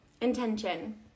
Intention